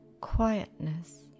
quietness